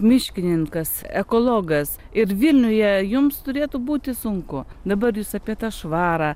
miškininkas ekologas ir vilniuje jums turėtų būti sunku dabar jūs apie tą švarą